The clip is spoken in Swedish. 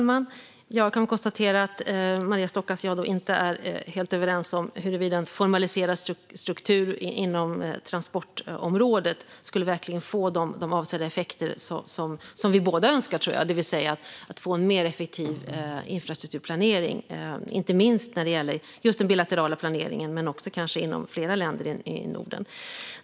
Herr talman! Jag konstaterar att Maria Stockhaus och jag inte är helt överens om huruvida en formaliserad struktur inom transportområdet skulle få de avsedda effekter som vi båda önskar, det vill säga få en effektivare infrastrukturplanering. Det gäller inte minst den bilaterala planeringen men kanske också mellan flera länder i Norden.